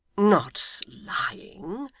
not lying.